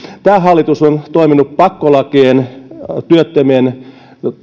tämä hallitus on toiminut pakkolakien työttömien